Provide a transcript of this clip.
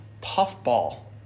puffball